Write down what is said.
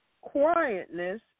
Quietness